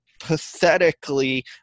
pathetically